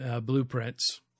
blueprints